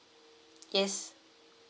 yes